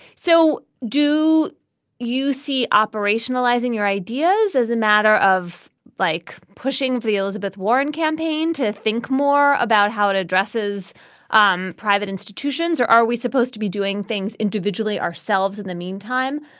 so do you see operationalizing your ideas as a matter of like pushing the elizabeth warren campaign think more about how it addresses um private institutions or are we supposed to be doing things individually ourselves in the meantime.